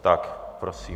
Tak, prosím.